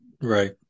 Right